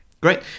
great